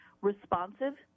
responsive